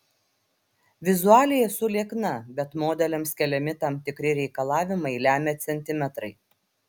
vizualiai esu liekna bet modeliams keliami tam tikri reikalavimai lemia centimetrai